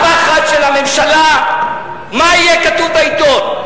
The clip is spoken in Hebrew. הפחד של הממשלה מה יהיה כתוב בעיתון,